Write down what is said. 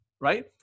right